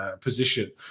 position